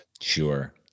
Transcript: Sure